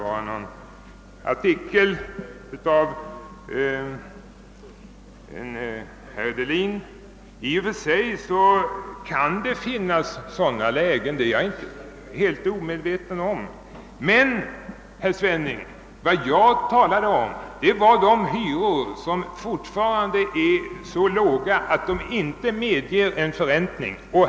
Jag är inte helt omedveten om att det kan finnas fall som han syftade på, men jag talade om de hyror som fortfarande är så låga att de inte medger en förräntning.